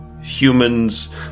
humans